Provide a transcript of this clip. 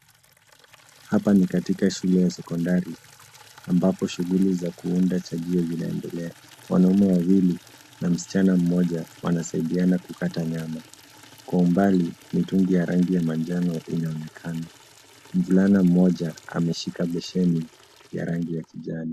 Hapa ni katika shule ya sekondari, ambapo shughuli za kuunda chajio zinaendelea. Wanaume wawili, na msichana mmoja, wanasaidiana kukata nyama. Kwa umbali, mitungi ya rangi ya manjano inaonekana. Mvulana mmoja ameshika besheni, ya rangi ya kijani.